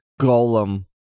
Golem